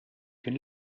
kien